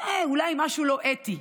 אולי זה משהו לא אתי.